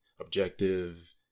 objective